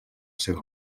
seva